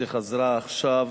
שחזרה עכשיו,